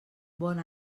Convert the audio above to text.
bon